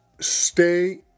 stay